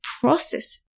process